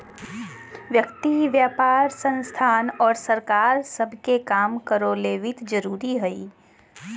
व्यक्ति व्यापार संस्थान और सरकार सब के काम करो ले वित्त जरूरी हइ